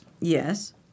Yes